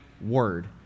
word